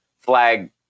flag